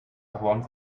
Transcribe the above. around